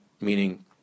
meaning